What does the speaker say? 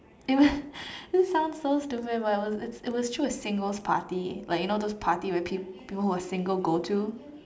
it was this sounds so stupid but it was it was through a single's party like you know those party where peop~ people who are single go to